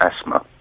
asthma